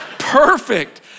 perfect